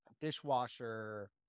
dishwasher